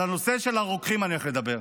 על הנושא של הרוקחים אני הולך לדבר.